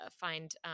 find